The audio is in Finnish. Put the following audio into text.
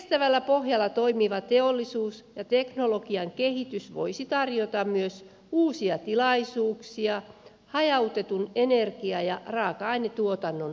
kestävällä pohjalla toimiva teollisuus ja teknologian kehitys voisivat tarjota myös uusia tilaisuuksia hajautetun energia ja raaka ainetuotannon osalta